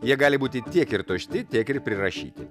jie gali būti tiek ir tušti tiek ir prirašyti